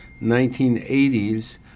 1980s